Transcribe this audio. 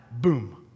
Boom